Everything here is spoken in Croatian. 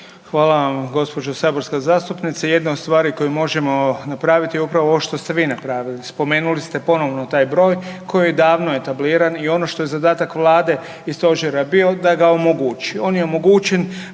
Hvala vam gospođo saborska zastupnice, jedna od stvari koju možemo napraviti je upravo ovo što ste vi napravili. Spomenuli ste ponovno taj broj koji davno je etabliran i ono što je zadatak Vlade i stožera bio da ga omogući.